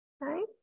right